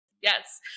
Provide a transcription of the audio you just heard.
Yes